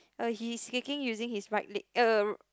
uh he is kicking using his right leg uh